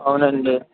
అవునండి